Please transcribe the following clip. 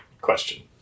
question